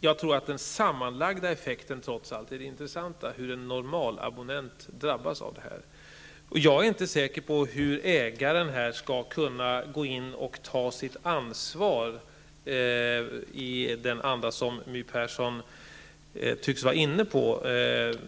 Jag tror att det intressanta trots allt är den sammanlagda effekten, hur en normalabonnent drabbas av detta. Jag är inte säker på hur ägaren skall kunna gå in och ta sitt ansvar i den anda som My Persson tycks förespråka.